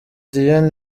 diyen